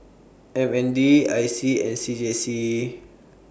M N D I C and C J C